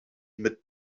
mit